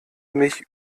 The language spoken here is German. mich